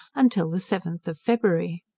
until the seventh of february.